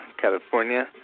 California